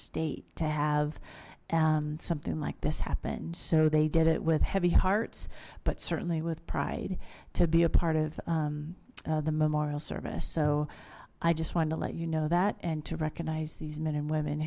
state to have something like this happened so they did it with heavy hearts but certainly with pride to be a part of the memorial service so i just wanted to let you know that and to recognize these men and women